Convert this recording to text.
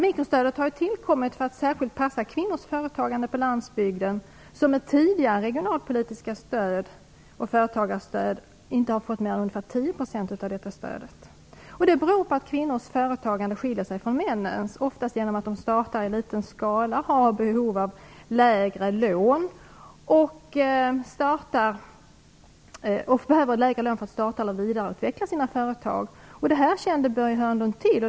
Mikrostödet har tillkommit för att särskilt passa kvinnors företagande på landsbygden, som av tidigare regionalpolitiska stöd och företagarstöd inte har fått mer än ungefär 10 %. Det beror på att kvinnors företagande skiljer sig från männens, oftast genom att de startar i liten skala och har behov av lägre lån för att starta eller vidareutveckla sina företag. Detta kände Börje Hörnlund till.